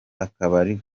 akabari